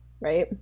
Right